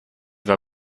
war